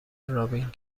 رابین